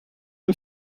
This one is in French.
aux